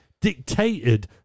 dictated